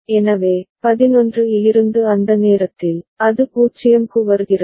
எனவே 11 இலிருந்து அந்த நேரத்தில் அது 0 க்கு வருகிறது